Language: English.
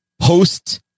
post